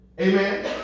Amen